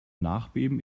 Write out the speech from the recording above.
nachbeben